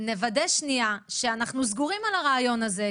נוודא שאנחנו סגורים על הרעיון הזה,